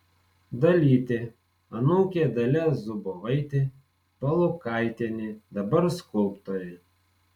dalytė anūkė dalia zubovaitė palukaitienė dabar skulptorė